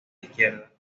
izquierda